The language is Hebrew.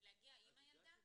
בדיוק,